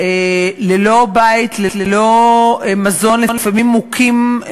ללא בית, ללא מזון, לפעמים מוכים.